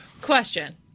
Question